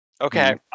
Okay